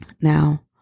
Now